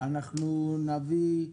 אנחנו נביא,